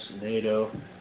NATO